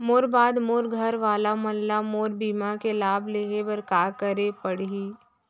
मोर बाद मोर घर वाला मन ला मोर बीमा के लाभ लेहे बर का करे पड़ही?